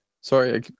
Sorry